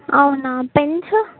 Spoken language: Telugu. అవునా పెన్స్